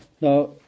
Now